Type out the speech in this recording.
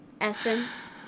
essence